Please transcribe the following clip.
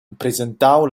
presentau